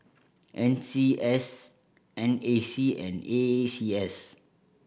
N C S N A C and A C S